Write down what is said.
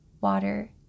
water